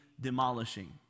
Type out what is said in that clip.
demolishing